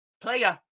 player